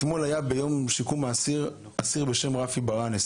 אתמול, ביום שיקום האסיר, היה אסיר בשם רפי ברנס.